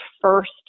first